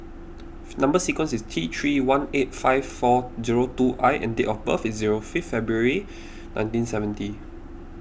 Number Sequence is T three one eight five four zero two I and date of birth is zero fifth February nineteen seventy